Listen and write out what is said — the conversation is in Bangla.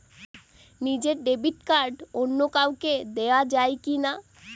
নিজের ডেবিট কার্ড অন্য কাউকে দেওয়া যায় কি না?